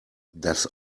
das